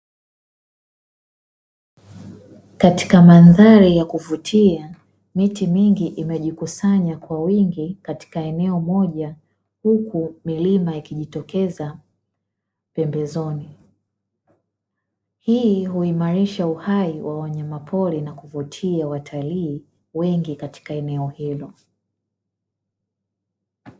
Katika mandhari ya kuvutia, miti mingi imejikusanya kwa wingi katika eneo moja, huku milima ikijitokeza pembezoni; hii huimarisha uhai wa wanyama pori na kuvutia watalii wengi katika eneo hilo.